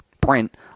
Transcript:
print